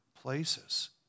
places